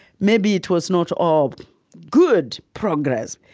maybe it was not all good progress.